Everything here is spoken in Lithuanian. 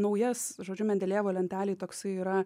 naujas žodžiu mendelejevo lentelėj toksai yra